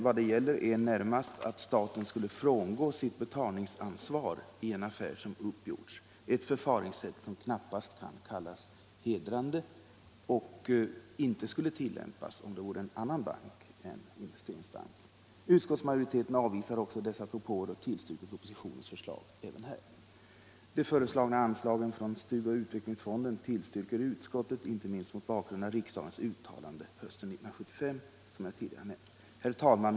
Vad det gäller är närmast att staten skulle frångå sitt betalningsansvar i en affär som uppgjorts — ett förfaringssätt som knappast skulle kunna kallas hedrande och som inte skulle tillämpas, om det vore en annan bank än Investeringsbanken. Utskottsmajoriteten avvisar också dessa propåer och tillstyrker propositionens förslag även här. De föreslagna anslagen från STU och Utvecklingsfonden tillstyrker utskottet, inte minst mot bakgrund av riksdagens uttalande hösten 1975, såsom jag tidigare har nämnt. Herr talman!